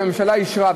הממשלה אישרה,